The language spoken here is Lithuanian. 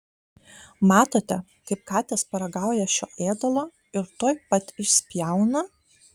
matote kaip katės paragauja šio ėdalo ir tuoj pat išspjauna